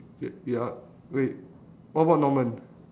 y~ ya wait what about norman